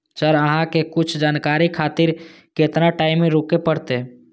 Sir अहाँ से कुछ जानकारी खातिर केतना टाईम रुके परतें?